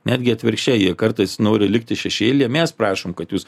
netgi atvirkščiai jie kartais nori likti šešėlyje mes prašom kad jūs